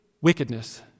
wickedness